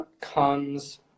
comes